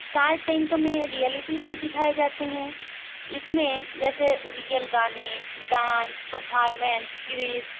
shark Tank में reality show दिखाए जाते हैं इसमें जैसे रियल गाने डान्स परफ़ॉरमेंस क्विज़